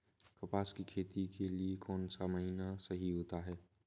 कपास की खेती के लिए कौन सा महीना सही होता है?